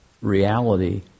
reality